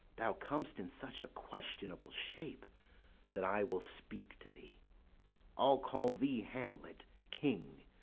thou com'st in such a questionable shape that i will speak to thee i'll call thee hamlet, king,